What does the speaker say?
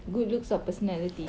good looks or personality